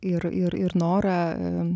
ir ir ir norą